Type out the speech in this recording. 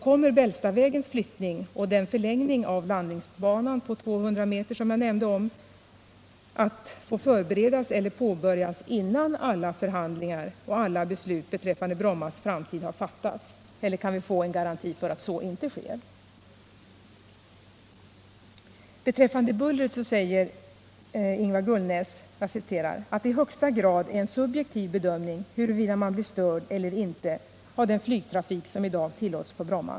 Kommer Bällstavägens flyttning och den förlängning av landningsbanan på 200 meter som jag nämnt att få förberedas eller påbörjas innan alla förhandlingar och alla beslut beträffande Bommas framtid är klara? Eller kan vi få en garanti för att så inte sker? Beträffande bullret säger Gullnäs ”att det i högsta grad är en subjektiv bedömning huruvida man blir störd eller inte av den flygtrafik som i dag tillåts på Bromma”.